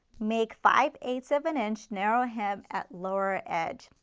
make five eight ths of an inch, narrow hem at lower edge.